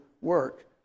work